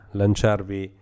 lanciarvi